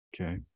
Okay